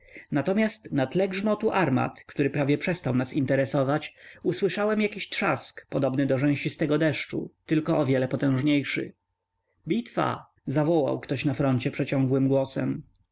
natomiast na tle grzmotu armat który prawie przestał nas interesować usłyszałem jakiś trzask podobny do rzęsistego deszczu tylko o wiele potężniejszy bitwa zawołał ktoś na froncie przeciągłym głosem